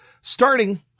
starting